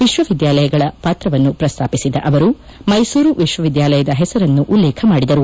ವಿಶ್ವವಿದ್ಯಾಲಯಗಳ ಪಾತ್ರವನ್ನು ಪ್ರಸ್ತಾಪಿಸಿದ ಅವರು ಮೈಸೂರು ವಿಶ್ವವಿದ್ಯಾಲಯದ ಹೆಸರನ್ನು ಉಲ್ಲೇಖ ಮಾಡಿದರು